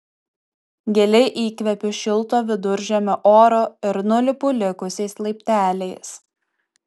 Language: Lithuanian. giliai įkvepiu šilto viduržemio oro ir nulipu likusiais laipteliais